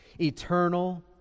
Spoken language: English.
eternal